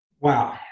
Wow